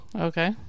Okay